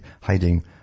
hiding